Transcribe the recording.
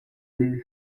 mibi